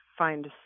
find